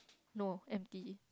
no empty